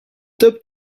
top